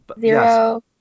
zero